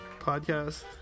podcast